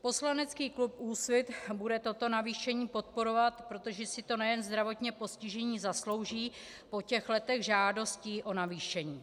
Poslanecký klub Úsvit bude toto navýšení podporovat, protože si to nejen zdravotně postižení zaslouží po těch letech žádostí o navýšení.